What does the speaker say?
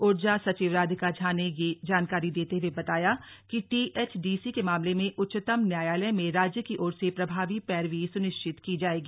ऊर्जा सचिव राधिका झा ने यह जानकारी देते हए बताया कि टीएचडीसी के मामले में उच्चतम न्यायालय में राज्य की ओर से प्रभावी पैरवी सुनिश्चित की जाएगी